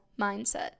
mindset